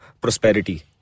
prosperity